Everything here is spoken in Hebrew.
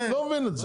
אני לא מבין את זה.